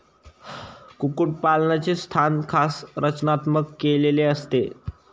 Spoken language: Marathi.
कुक्कुटपालनाचे स्थान खास रचनात्मक केलेले असते